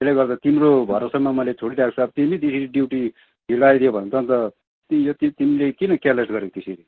त्यसले गर्दा तिम्रो भरोसामा मैले छोडिराखेको छु अब तिमी यसरी ड्युटी ढिलो आइदियो भने त अन्त ती यो ती तिमीले किन क्यरलेस गरेको त्यसरी